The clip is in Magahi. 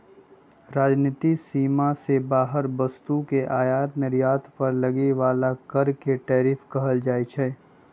राजनीतिक सीमा से बाहर वस्तु के आयात निर्यात पर लगे बला कर के टैरिफ कहल जाइ छइ